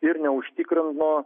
ir neužtikrino